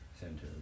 center